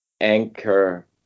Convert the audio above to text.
anchor